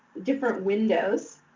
different windows.